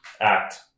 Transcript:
act